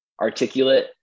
articulate